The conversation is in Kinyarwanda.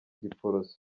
giporoso